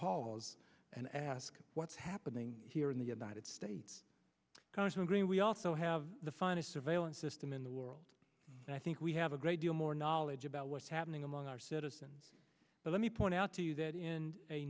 pause and ask what's happening here in the united states congressman green we also have the finest surveillance system in the world and i think we have a great deal more knowledge about what's happening among our citizens but let me point out to you that in a